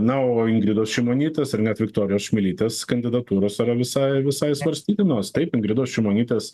na o ingridos šimonytės ir net viktorijos čmilytės kandidatūros yra visai visai svarstytinos taip ingridos šimonytės